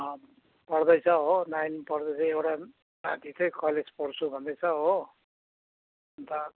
पढ्दैछ हो नाइन पढ्दैछ एउटा नाति चाहिँ कलेज पढ्छु भन्दैछ हो अन्त